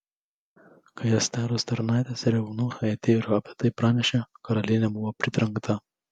kai esteros tarnaitės ir eunuchai atėjo ir apie tai pranešė karalienė buvo pritrenkta